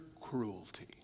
cruelty